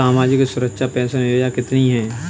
सामाजिक सुरक्षा पेंशन योजना कितनी हैं?